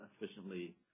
efficiently